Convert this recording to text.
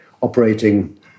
operating